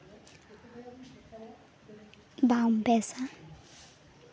ᱵᱟᱝ ᱵᱮᱥᱟ